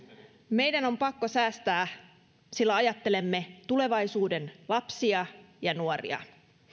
meidän on pakko säästää sillä ajattelemme tulevaisuuden lapsia ja nuoria